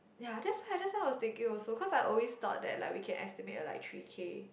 ya that's what that's what I was thinking also cause I always thought that like we can estimate at like three K